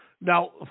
now